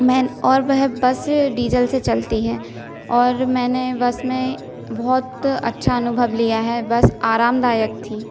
main और वह bus diesel से चलती हैं और मैंने बस में बहुत अच्छा अनुभव लिया है बस आरामदायक थी